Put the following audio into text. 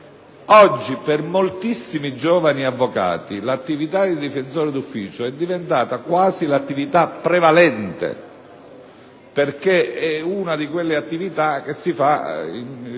Oggi, per moltissimi giovani avvocati, l'attività di difensore di ufficio è diventata quasi l'attività prevalente, perché è una di quelle attività che si svolge